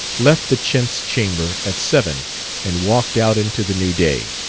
left the chintz chamber at seven and walked out into the new day.